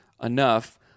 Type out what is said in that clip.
enough